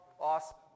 Awesome